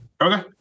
Okay